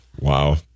Wow